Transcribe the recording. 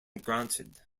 granted